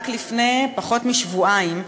רק לפני פחות משבועיים,